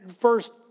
first